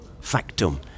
factum